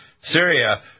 Syria